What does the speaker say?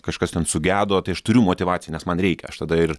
kažkas ten sugedo tai aš turiu motyvaciją nes man reikia aš tada ir